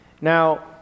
Now